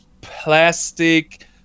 plastic